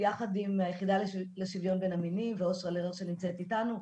יחד עם היחידה לשוויון בין המינים ואושרה לרר שנמצאת איתנו,